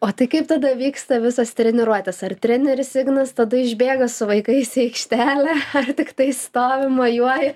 o tai kaip tada vyksta visos treniruotės ar treneris ignas tada išbėga su vaikais į aikštelę ar tiktai stovi mojuoj